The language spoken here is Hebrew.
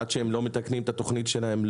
עד שהם לא מתקנים את התוכנית שלהם,